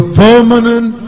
permanent